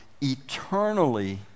eternally